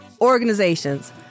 organizations